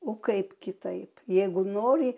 o kaip kitaip jeigu nori